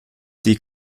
die